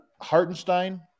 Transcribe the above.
Hartenstein